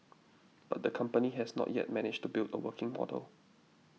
but the company has not yet managed to build a working model